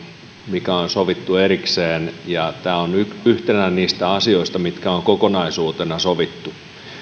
mikä on sovittu erikseen ja tämä on yhtenä niistä asioista mitkä on kokonaisuutena sovittu